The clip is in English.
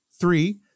Three